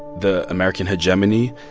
the american hegemony.